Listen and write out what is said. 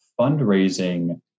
fundraising